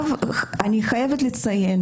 אני חייבת לציין